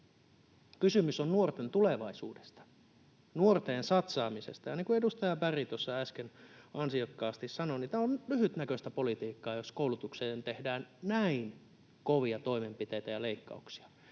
Kysymys on nuorten tulevaisuudesta, nuoriin satsaamisesta, ja niin kuin edustaja Berg tuossa äsken ansiokkaasti sanoi, tämä on lyhytnäköistä politiikkaa, jos koulutukseen tehdään näin kovia toimenpiteitä ja leikkauksia,